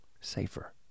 safer